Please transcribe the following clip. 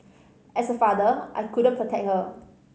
as a father I couldn't protect her